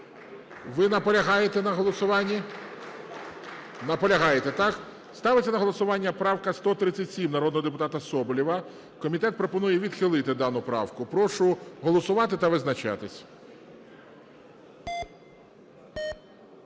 Ви наполягаєте на голосуванні? Наполягаєте, так? Ставиться на голосування правка 137 народного депутата Соболєва. Комітет пропонує відхилити дану правку. Прошу голосувати та визначатись.